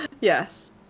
Yes